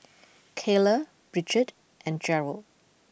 Keila Bridgett and Gerald